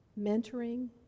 Mentoring